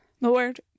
lord